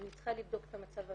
אני צריכה לבדוק את המצב ההומניטרי,